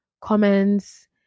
comments